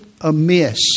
Amiss